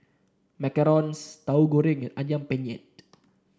Macarons Tahu Goreng and ayam Penyet